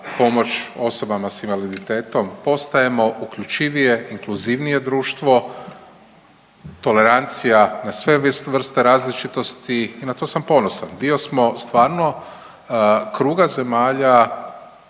pomoć osobama sa invaliditetom. Postajemo uključivije, inkluzivnije društvo, tolerancija na sve vrste različitosti i na to sam ponosan. Dio smo stvarno kruga zemalja